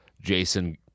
Jason